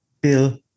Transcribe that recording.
Bill